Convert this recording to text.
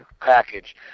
package